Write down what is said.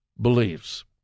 beliefs